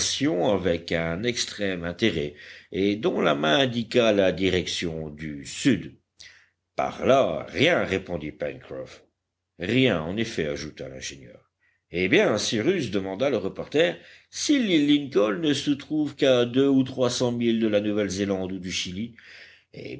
avec un extrême intérêt et dont la main indiqua la direction du sud par là rien répondit pencroff rien en effet ajouta l'ingénieur eh bien cyrus demanda le reporter si l'île lincoln ne se trouve qu'à deux ou trois cents milles de la nouvelle zélande ou du chili eh